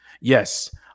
yes